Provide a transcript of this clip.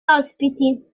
ospiti